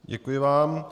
Děkuji vám.